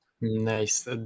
Nice